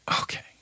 okay